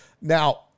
Now